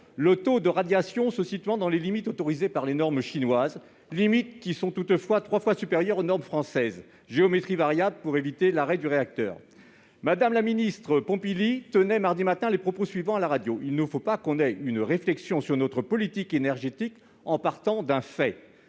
le taux de radiation se situant dans les limites autorisées par les normes chinoises, limites toutefois trois fois supérieures aux normes françaises. Cette géométrie variable permet d'éviter l'arrêt du réacteur ... Mme la ministre Pompili tenait, mardi matin, les propos suivants à la radio :« Il ne faut pas qu'on ait une réflexion sur notre politique énergétique en partant d'un fait.